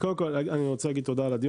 קודם כול, אני רוצה להגיד תודה על הדיון.